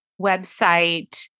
website